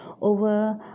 over